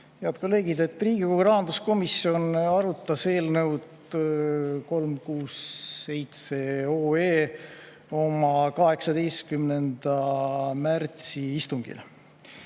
Head kolleegid! Riigikogu rahanduskomisjon arutas eelnõu 367 oma 18. märtsi istungil.